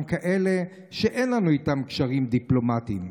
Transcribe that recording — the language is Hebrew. גם כאלה שאין לנו איתם קשרים דיפלומטיים,